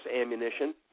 ammunition